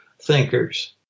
thinkers